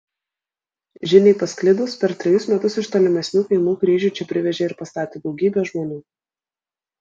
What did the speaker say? žiniai pasklidus per trejus metus iš tolimesnių kaimų kryžių čia privežė ir pastatė daugybė žmonių